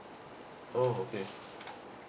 oh okay